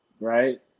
right